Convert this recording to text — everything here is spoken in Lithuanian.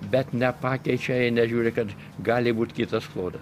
bet nepakeičia jie nežiūri kad gali būt kitas kodas